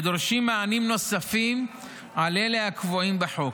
ודורשים מענים נוספים על אלה הקבועים בחוק.